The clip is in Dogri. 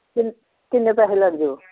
किन्ने पैसे लैंदे ओ